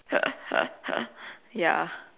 ya